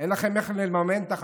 אין לכם איך לממן 53